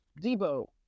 Debo